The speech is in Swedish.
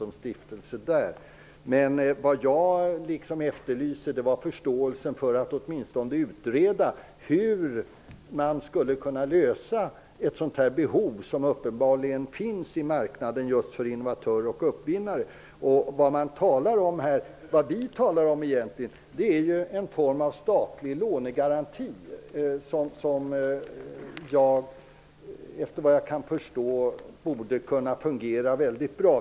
Men vad jag efterlyste var förståelse för att åtminstone utreda hur man skulle kunna lösa det behov som uppenbarligen finns för innovatörer och uppfinnare. Vad vi egentligen talar om är en form av statlig lånegaranti som, efter vad jag kan förstå, borde kunna fungera bra.